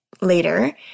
later